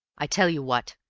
i tell you what,